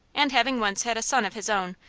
and having once had a son of his own,